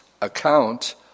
account